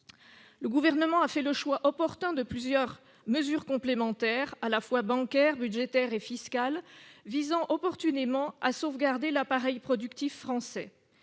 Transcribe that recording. Le Gouvernement a fait le choix opportun de plusieurs mesures complémentaires, à la fois bancaires, budgétaires et fiscales, visant opportunément à sauvegarder l'appareil productif français